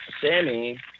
Sammy